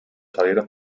salieron